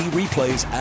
replays